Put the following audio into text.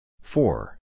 Four